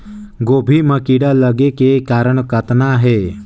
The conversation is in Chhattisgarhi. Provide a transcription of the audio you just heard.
गोभी म कीड़ा लगे के कारण कतना हे?